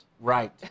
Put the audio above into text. Right